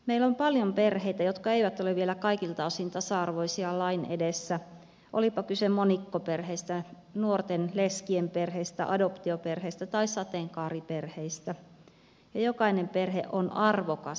meillä on paljon perheitä jotka eivät ole vielä kaikilta osin tasa arvoisia lain edessä olipa kyse monikkoperheistä nuorten leskien perheistä adoptioperheistä tai sateenkaariperheistä ja jokainen perhe on arvokas